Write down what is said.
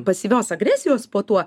pasyvios agresijos po tuo